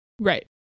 right